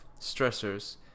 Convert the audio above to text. stressors